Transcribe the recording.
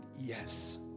Yes